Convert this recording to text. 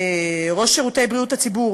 העיקר שסיעת המחנה הציוני משקרת.